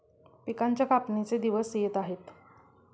पिकांच्या कापणीचे दिवस येत आहेत